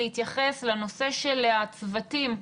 להתייחס לנושא של הצוותים,